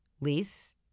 lease